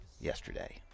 yesterday